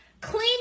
clean